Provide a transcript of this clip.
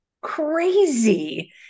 crazy